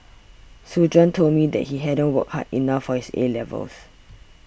soon Juan told me that he hadn't worked hard enough for his A levels